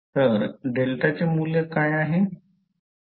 तर डेल्टाचे मूल्य काय आहे